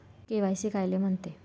KYC कायले म्हनते?